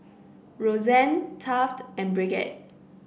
Roxann Taft and Bridgette